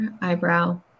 Eyebrow